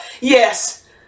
yes